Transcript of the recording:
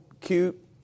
cute